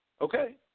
Okay